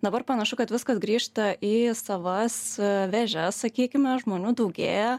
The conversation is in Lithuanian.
dabar panašu kad viskas grįžta į savas vėžes sakykime žmonių daugėja